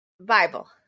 Bible